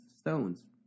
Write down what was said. Stones